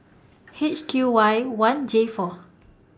H Q Y one J four